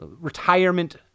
retirement